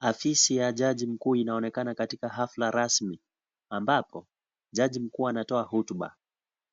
Afisi ya jaji mkuu inaonekana katika hafla rasmi ambapo jaji mkuu anatoa hotuba .